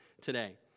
today